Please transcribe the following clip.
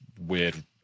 weird